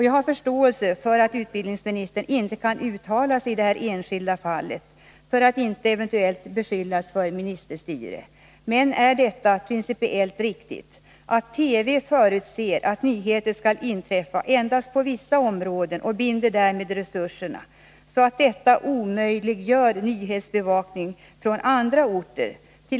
Jag har förståelse för att utbildningsministern inte kan uttala sig i det här enskilda fallet — han skulle i så fall kunna beskyllas för att utöva ministerstyre. Men är det principiellt riktigt att TV förutser att nyheter skall inträffa endast på vissa områden och därmed binder resurserna, så att man omöjliggör nyhetsbevakning från andra orter?